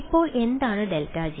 ഇപ്പോൾ എന്താണ് ∇g